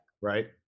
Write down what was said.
right